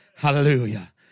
Hallelujah